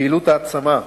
פעילות העצמה,